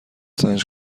سنج